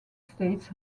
states